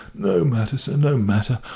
no matter, sir, no matter.